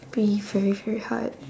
be very very hard